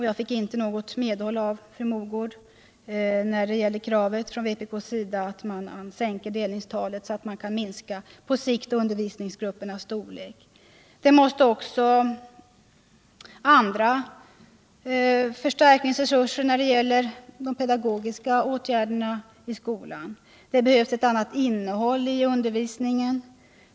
Jag fick inget medhåll av fru Mogård när jag framförde vpk:s krav att man skulle sänka delningstalet så att man på sikt kan minska undervisningsgruppernas Det måste också till en förstärkning av de pedagogiska åtgärderna i skolan. Det behövs ett annat innehåll i undervisningen.